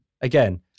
again